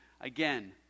again